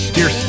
Dear